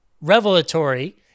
revelatory